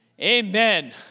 Amen